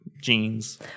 jeans